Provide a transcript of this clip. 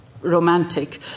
Romantic